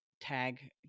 Tag